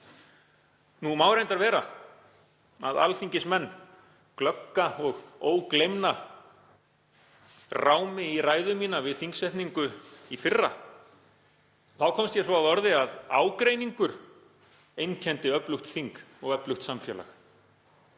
Nú má reyndar vera að alþingismenn, glögga og ógleymna, rámi í ræðu mína við þingsetningu í fyrra. Þá komst ég svo að orði að ágreiningur einkenndi öflugt þing og öflugt samfélag,